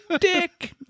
dick